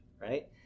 right